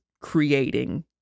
creating